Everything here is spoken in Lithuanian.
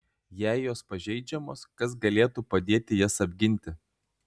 jei jos pažeidžiamos kas galėtų padėti jas apginti